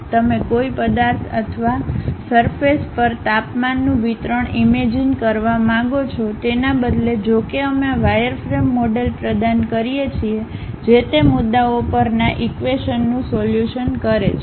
તમે કોઈ પદાર્થ અથવા સરફેસ પર તાપમાનનું વિતરણ ઈમેજીન કરવા માંગો છો તેના બદલે જો કે અમે વાયરફ્રેમ મોડેલ પ્રદાન કરીએ છીએ જે તે મુદ્દાઓ પરના ઈક્વેશનનું સોલ્યુશન કરે છે